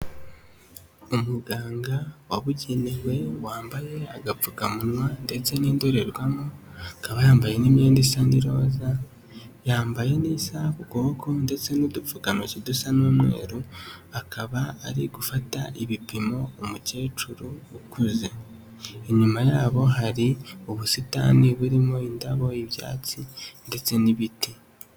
Umuganga wabugenewe wambaye agapfukamunwa, ndetse n'indorerwamo, akaba yambaye n'imyenda isa n'iroza, yambaye n'isaha ku kuboko, ndetse n'udupfukantoki dusa n'umweru, akaba ari gufata ibipimo umukecuru ukuze, inyuma yabo hari ubusitani burimo indabo, ibyatsi, ndetse n'ibiti.